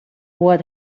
what